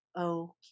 okay